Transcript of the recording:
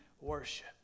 worship